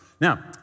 Now